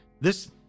This-